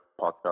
podcast